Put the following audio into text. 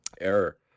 error